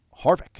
Harvick